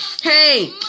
Hey